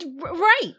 Right